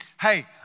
Hey